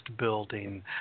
building